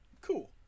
cool